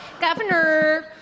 Governor